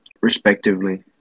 respectively